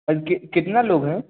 कितना लोग हैं